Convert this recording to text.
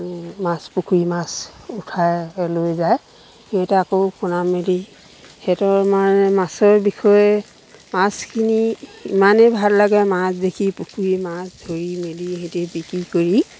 মাছ পুখুৰীৰ মাছ উঠাই লৈ যায় সিহঁতে আকৌ পোনা মেলি সিহঁতৰ মানে মাছৰ বিষয়ে মাছখিনি ইমানেই ভাল লাগে মাছ দেখি পুখুৰীৰ মাছ ধৰি মেলি সিহঁতি বিক্ৰী কৰি